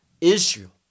Israel